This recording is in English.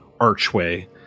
archway